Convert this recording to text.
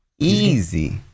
Easy